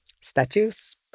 statues